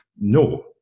no